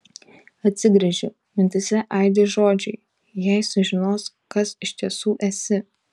atsigręžiu mintyse aidi žodžiai jei sužinos kas iš tiesų esi